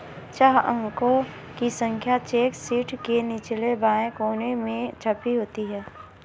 छह अंकों की संख्या चेक शीट के निचले बाएं कोने में छपी होती है